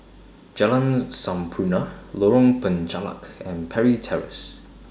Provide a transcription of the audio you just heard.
Jalan Sampurna Lorong Penchalak and Parry Terrace